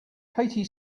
katie